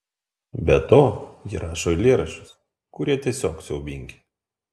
be to ji rašo eilėraščius kurie tiesiog siaubingi